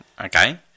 Okay